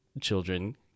children